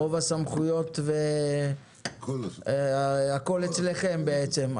רוב הסמכויות, הכול אצלכם בעצם.